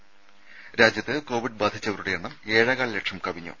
ത രാജ്യത്ത് കോവിഡ് ബാധിച്ചവരുടെ എണ്ണം ഏഴേകാൽ ലക്ഷം കവിഞ്ഞു